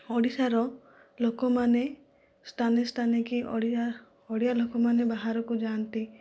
ଓଡ଼ିଶାର ଲୋକମାନେ ସ୍ଥାନେ ସ୍ଥାନେ କି ଓଡ଼ିଆ ଓଡ଼ିଆ ଲୋକମାନେ ବାହାରକୁ ଯାଆନ୍ତି